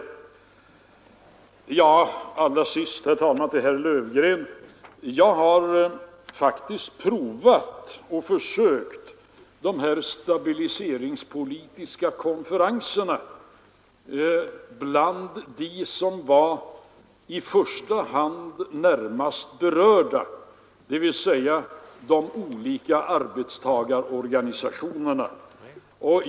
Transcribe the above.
Herr talman! Allra sist några ord till herr Löfgren! Jag har faktiskt prövat sådana här stabiliseringspolitiska konferenser med dem som är närmast berörda, dvs. de olika arbetstagarorganisationerna.